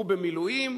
הוא במילואים,